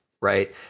right